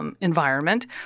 Environment